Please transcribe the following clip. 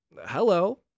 Hello